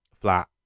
flat